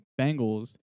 Bengals